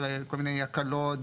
כל מיני הקלות,